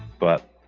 but